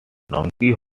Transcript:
donkeys